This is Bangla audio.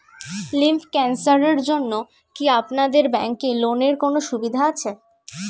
লিম্ফ ক্যানসারের জন্য কি আপনাদের ব্যঙ্কে লোনের কোনও সুবিধা আছে?